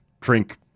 drink